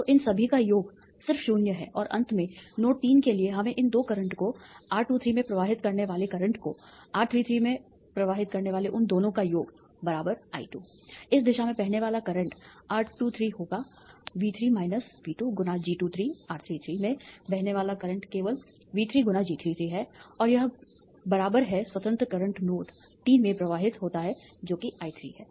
तो इन सभी का योग सिर्फ 0 है और अंत में नोड 3 के लिए हमें इन 2 करंट को R23 में प्रवाहित करने वाले करंट को R33 में प्रवाहित करने वाले उन दोनों का योग I2 इस दिशा में बहने वाला करंट R23 होगी V3 V2 × G23 R33 में बहने वाला करंट केवल V3 × G33 है और यह स्वतंत्र करंट नोड 3 में प्रवाहित होता है जो कि I3 है